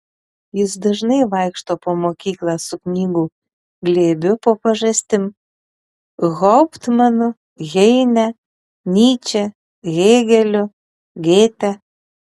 jis dažnai vaikšto po mokyklą su knygų glėbiu po pažastim hauptmanu heine nyče hėgeliu gėte